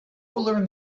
learn